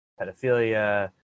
pedophilia